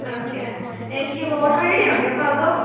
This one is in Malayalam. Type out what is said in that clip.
ആ ഓക്കെ ആ എനിക്ക് വോട്ടർ ഐ ഡി ഉണ്ട് അപ്പം അതോ